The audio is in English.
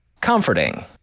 comforting